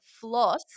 floss